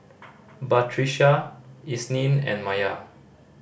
Batrisya Isnin and Maya